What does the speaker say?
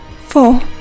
Four